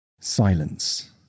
silence